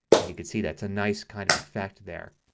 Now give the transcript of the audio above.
and you can see that's a nice kind of effect there.